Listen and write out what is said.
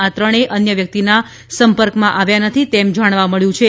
આ ત્રણેય અન્ય વ્યક્તિના સંપર્કમાં આવ્યા નથી તેમ જાણવા મળ્યું છે